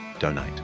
donate